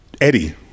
eddie